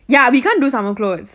ya we can't do summer clothes